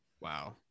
wow